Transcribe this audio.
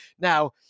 Now